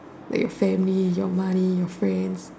like your family your money your friends